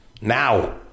now